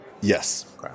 Yes